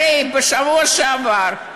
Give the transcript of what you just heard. הרי בשבוע שעבר,